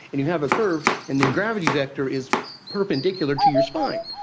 and you have a curve and your gravity vector is perpendicular to your spine.